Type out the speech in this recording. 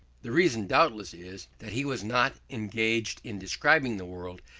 the reason doubtless is that he was not engaged in describing the world,